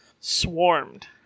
Swarmed